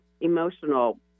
emotional